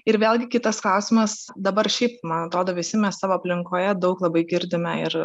ir vėlgi kitas klausimas dabar šiaip man atrodo visi mes savo aplinkoje daug labai girdime ir